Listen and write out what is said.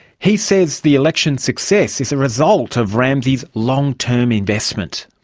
he says the election's success is a result of ramsi's long-term investment.